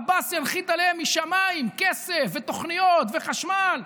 עבאס ינחית עליהם משמיים כסף ותוכניות וחשמל,